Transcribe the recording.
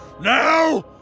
Now